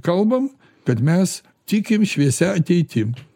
kalbam kad mes tikim šviesia ateitim